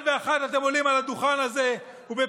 אחד לאחד אתם עולים על הדוכן הזה ובפה